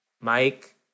Mike